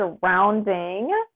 surrounding